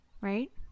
right